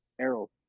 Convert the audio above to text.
Arrow